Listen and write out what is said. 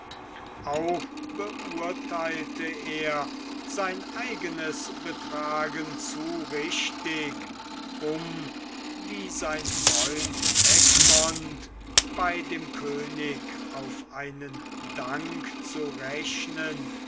auch beurtheilte er sein eigenes betragen zu richtig um wie sein freund egmont bei dem könig auf einen dank zu rechnen